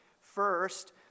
First